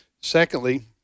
Secondly